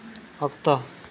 ᱚᱠᱛᱚ